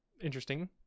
interesting